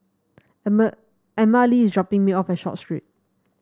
Emmalee is dropping me off at Short Street